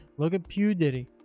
look at pewdiepie.